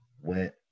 went